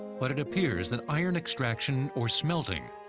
but it appears that iron extraction, or smelting,